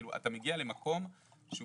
אתה מגיע למקום שהוא